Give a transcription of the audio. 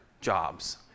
jobs